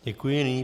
Děkuji.